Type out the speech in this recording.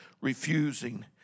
refusing